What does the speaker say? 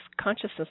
consciousness